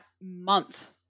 month